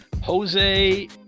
Jose